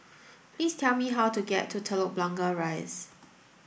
please tell me how to get to Telok Blangah Rise